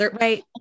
right